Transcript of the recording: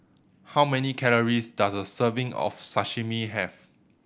how many calories does a serving of Sashimi have